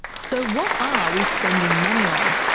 so what are we spending money on,